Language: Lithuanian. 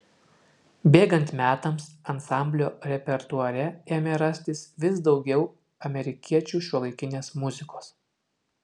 bėgant metams ansamblio repertuare ėmė rastis vis daugiau amerikiečių šiuolaikinės muzikos